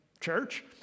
church